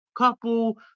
couple